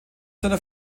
seiner